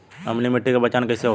अम्लीय मिट्टी के पहचान कइसे होखे?